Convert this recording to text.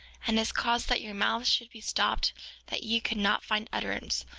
and has caused that your mouths should be stopped that ye could not find utterance,